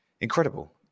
incredible